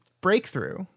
breakthrough